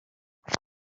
and